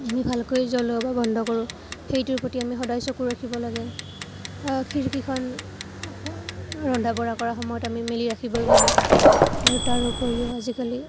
আমি ভালকৈ জ্বলোৱা বা বন্ধ কৰোঁ সেইটোৰ প্ৰতি আমি সদায় চকু ৰাখিব লাগে খিৰিকীখন ৰন্ধা বঢ়া কৰাৰ সময়ত আমি মেলি ৰাখিবই লাগে আৰু তাৰ উপৰিও আজিকালি